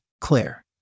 Claire